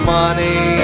money